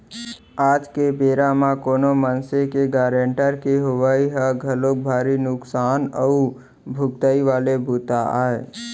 आज के बेरा म कोनो मनसे के गारंटर के होवई ह घलोक भारी नुकसान अउ भुगतई वाले बूता आय